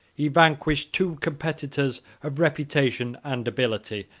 he vanquished two competitors of reputation and ability,